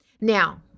Now